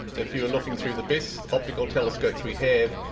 if you are looking through the best optical telescopes we have,